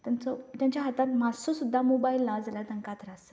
तांचो तांच्या हातांत मात्सो सुद्दां मोबायल ना जाल्यार तांकां त्रास जाता